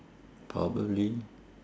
probably